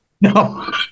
no